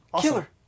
Killer